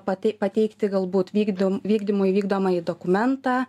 pati pateikti galbūt vykdom vykdymui vykdomąjį dokumentą